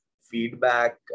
feedback